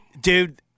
dude